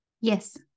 Yes